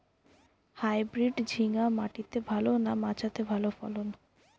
Hybrid ঝিঙ্গা মাটিতে ভালো না মাচাতে ভালো ফলন?